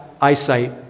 eyesight